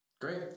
Great